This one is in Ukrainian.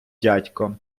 дядько